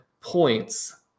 points